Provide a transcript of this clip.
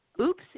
Oops